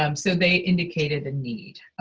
um so they indicated a need.